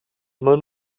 immer